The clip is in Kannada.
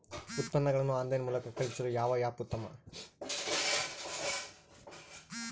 ಉತ್ಪನ್ನಗಳನ್ನು ಆನ್ಲೈನ್ ಮೂಲಕ ಖರೇದಿಸಲು ಯಾವ ಆ್ಯಪ್ ಉತ್ತಮ?